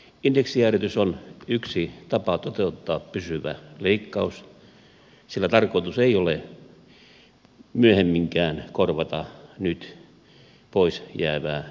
indeksijäädytys on yksi tapa toteuttaa pysyvä leikkaus sillä tarkoitus ei ole myöhemminkään korvata nyt pois jäävää indeksikorotusta